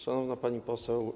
Szanowna Pani Poseł!